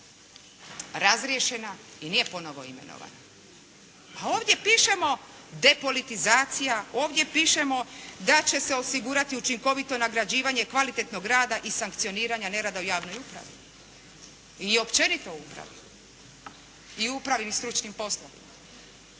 razriješena i nije ponovno imenovana. A ovdje pišemo depolitizacija, ovdje pišemo da će se osigurati učinkovito nagrađivanje kvalitetnog rada i sankcioniranja nerada u javnoj upravi i općenito u upravi i upravnim stručnim poslovima.